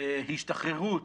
השתחררות